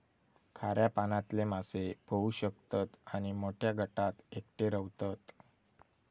खाऱ्या पाण्यातले मासे पोहू शकतत आणि मोठ्या गटात एकटे रव्हतत